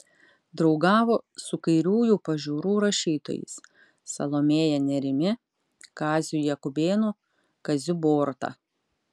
draugavo su kairiųjų pažiūrų rašytojais salomėja nėrimi kaziu jakubėnu kaziu boruta